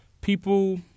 People